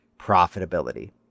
profitability